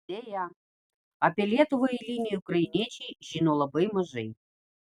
deja apie lietuvą eiliniai ukrainiečiai žino labai mažai